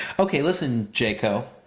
okay, listen, jcaho,